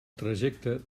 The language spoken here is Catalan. trajecte